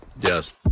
yes